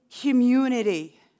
community